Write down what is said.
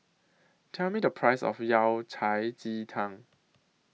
Tell Me The Price of Yao Cai Ji Tang